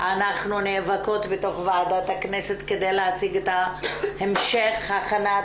אנחנו נאבקות בתוך ועדת הכנסת כדי להשיג את המשך הכנת